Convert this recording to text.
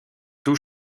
tout